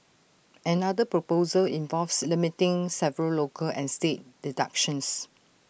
another proposal involves limiting several local and state deductions